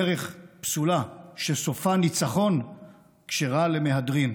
דרך 'פסולה' שסופה ניצחון כשרה למהדרין".